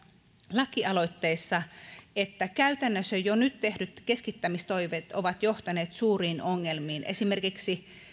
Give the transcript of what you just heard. lakialoitteessa käytännössä jo nyt tehdyt keskittämistoimet ovat johtaneet suuriin ongelmiin esimerkiksi